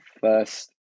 first